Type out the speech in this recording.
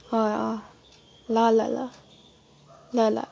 ल ल ल ल ल